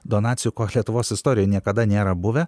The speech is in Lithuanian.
donacijų ko lietuvos istorijoj niekada nėra buvę